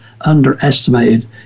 underestimated